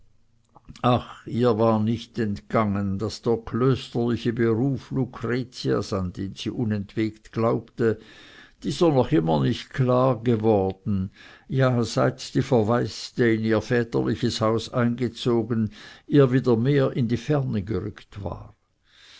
ach ihr war nicht entgangen daß der klösterliche beruf lucretias an den sie unentwegt glaubte dieser noch immer nicht klargeworden ja seit die verwaiste in ihr väterliches haus eingezogen ihr wieder mehr in die ferne gerückt war